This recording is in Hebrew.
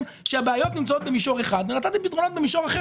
- שהבעיות נמצאות במישור אחד ונתתם פתרונות במישור אחר.